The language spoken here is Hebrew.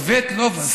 סבטלובה.